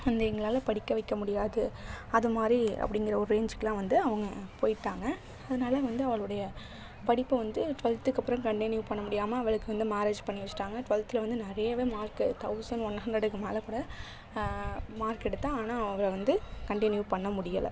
வந்து எங்களால் படிக்க வைக்க முடியாது அதுமாதிரி அப்படிங்கிற ஒரு ரேஞ்சிக்கெலாம் வந்து அவங்க போய்விட்டாங்க அதனால வந்து அவளுடைய படிப்பை வந்து ட்வெல்த்துக்கப்புறம் கண்ட்டினியூ பண்ண முடியாமல் அவளுக்கு வந்து மேரேஜ் பண்ணி வச்சுட்டாங்க ட்வெல்த்தில் வந்து நிறையவே மார்க்கு தௌசண்ட் ஒன் ஹண்ட்ரடுக்கு மேலே கூட மார்க் எடுத்தாள் ஆனால் அவள் வந்து கண்ட்டினியூ பண்ண முடியலை